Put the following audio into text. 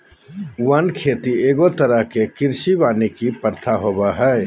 वन खेती एगो तरह के कृषि वानिकी प्रथा होबो हइ